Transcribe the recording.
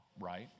right